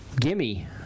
gimme